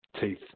teeth